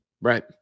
right